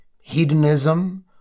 hedonism